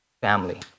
family